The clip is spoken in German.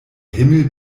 himmel